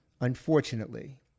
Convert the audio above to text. unfortunately